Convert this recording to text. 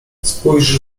spójrz